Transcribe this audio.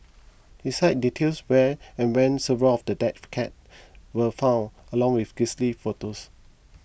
his site details where and when several of the dead cats were found along with grisly photos